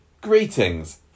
greetings